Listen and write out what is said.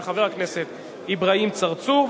של חבר הכנסת אברהים צרצור,